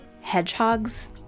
hedgehogs